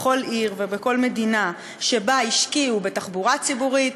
בכל עיר ובכל מדינה שהשקיעו בתחבורה ציבורית,